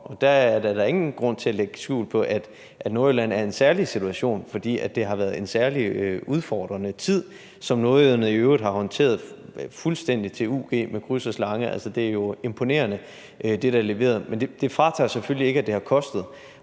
der da ingen grund til at lægge skjul på, at Nordjylland er i en særlig situation, fordi det har været en særlig udfordrende tid, som nordjyderne i øvrig har håndteret fuldstændig til ug med kryds og slange. Altså, det er jo imponerende, hvad der er leveret. Men det fratager selvfølgelig ikke, at det har kostet,